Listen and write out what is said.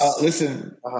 listen